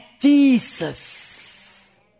Jesus